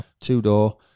two-door